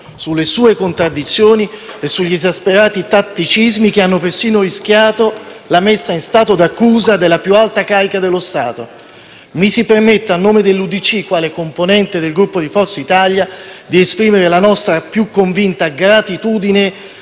sulle sue contraddizioni e sugli esasperati tatticismi che hanno persino rischiato la messa in stato d'accusa della più alta carica dello Stato. Mi si permetta, a nome dell'UDC quale componente del Gruppo di Forza Italia, di esprimere la nostra più convinta gratitudine